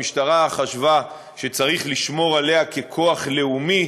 המשטרה חשבה שחשוב לשמור עליה ככוח לאומי,